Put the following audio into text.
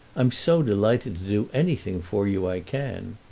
i'm so delighted to do anything for you i can.